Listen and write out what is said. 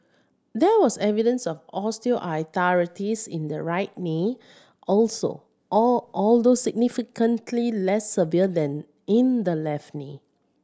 there was evidence of osteoarthritis in the right knee also or although significantly less severe than in the left knee